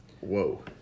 whoa